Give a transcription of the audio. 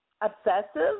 obsessive